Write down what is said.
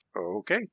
Okay